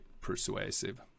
persuasive